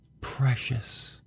Precious